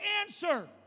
answer